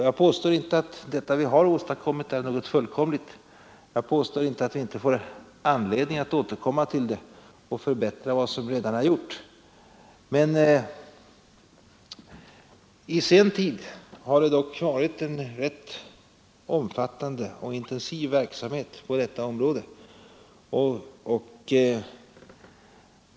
Jag påstår inte att det vi har åstadkommit är fullkomligt, jag påstår inte att vi inte får anledning att återkomma och förbättra vad som redan har gjorts, men det har dock varit en rätt omfattande och intensiv verksamhet på detta område.